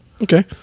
Okay